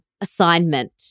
assignment